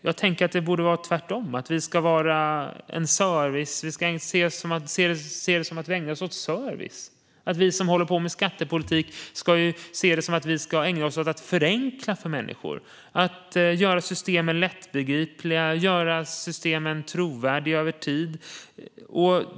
Jag tänker att det borde vara tvärtom, att vi ska se det som att vi ägnar oss åt service och att vi som håller på med skattepolitik ska se det som att vi ska ägna oss åt att förenkla för människor. Vi ska göra systemen lättbegripliga och trovärdiga över tid.